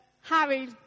Harry